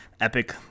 epic